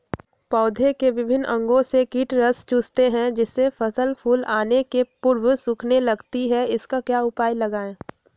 पौधे के विभिन्न अंगों से कीट रस चूसते हैं जिससे फसल फूल आने के पूर्व सूखने लगती है इसका क्या उपाय लगाएं?